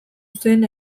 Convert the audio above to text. zen